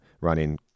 running